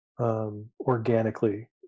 organically